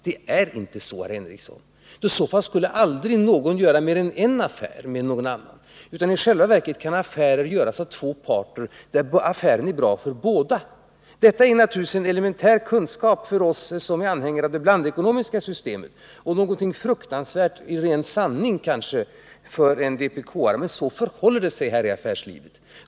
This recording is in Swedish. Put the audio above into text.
Det är inte så, herr Henricsson — då skulle aldrig någon göra mer än en affär med någon annan. I själva verket kan en affär som görs av två parter vara bra för båda. Detta är naturligtvis en elementär kunskap för oss som är anhängare av det blandekonomiska systemet och i sanning någonting fruktansvärt för en vpk:are. Men så förhåller det sig i affärslivet.